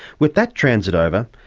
with that transit over,